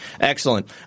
excellent